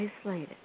isolated